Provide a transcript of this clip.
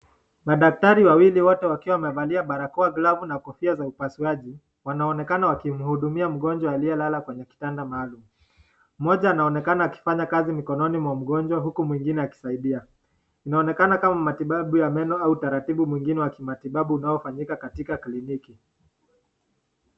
Madaktari wawili wote wakiwa wamevalia barakoa ,glavu na kofia za upasuaji wanaonekana wakimhudumia mgonjwa aliyelala kwenye kitanda maalum, mmoja anaonekana akifanya kazi mkononi mwa mgonjwa huku mwingine akisaidia. Inaonekana kama matibabu ya meno au utaratibu mwingine wa kimatibabu unaofanyika katika kliniki.